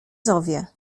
zowie